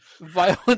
Violent